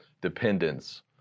dependence